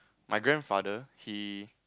my grandfather he